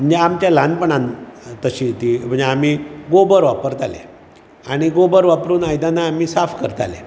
न्या आमच्या ल्हानपणान तशी ती म्हणजे आमी गोबर वापरताले आनी गोबर वापरून आयदानां आमी साफ करताले